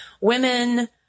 women